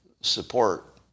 support